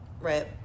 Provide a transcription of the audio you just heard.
Right